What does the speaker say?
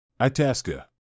Itasca